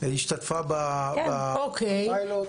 השתתפה בפיילוט.